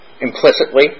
implicitly